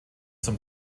zum